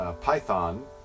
Python